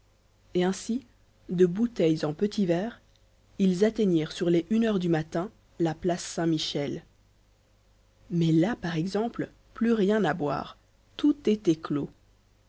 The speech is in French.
et ainsi de bouteilles en petits verres ils atteignirent sur les une heure du matin la place saint-michel mais là par exemple plus rien à boire tout était clos